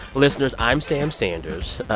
listeners, i'm sam sanders.